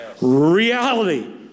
reality